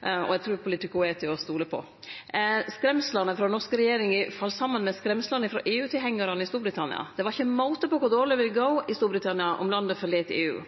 Eg trur POLITICO er til å stole på. Skremslene frå den norske regjeringa fall saman med skremslene frå EU-tilhengjarane i Storbritannia. Det var ikkje måte på kor dårleg det ville gå i Storbritannia om landet forlét EU.